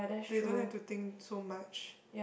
they don't have to think so much